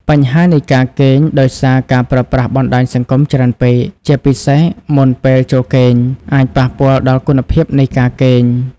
បញ្ហានៃការគេង ដោយសារការប្រើប្រាស់បណ្ដាញសង្គមច្រើនពេក ជាពិសេសមុនពេលចូលគេង អាចប៉ះពាល់ដល់គុណភាពនៃការគេង។